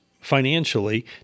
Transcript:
financially